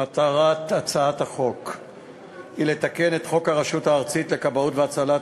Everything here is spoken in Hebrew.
מטרת הצעת החוק היא לתקן את חוק הרשות הארצית לכבאות והצלה,